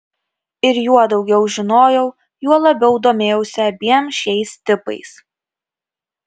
ir juo daugiau žinojau juo labiau domėjausi abiem šiais tipais